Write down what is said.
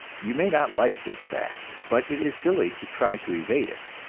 you may not like this fact, but it is silly to try to evade it.